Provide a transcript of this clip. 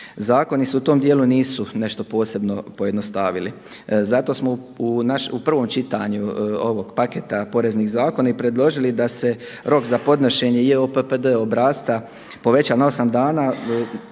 Zakoni se u tom dijelu nisu nešto posebno pojednostavili, zato smo u prvom čitanju ovog paketa poreznih zakona i predložili da se rok za podnošenje JOPPD obrasca poveća na osam dana,